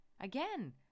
Again